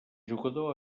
jugador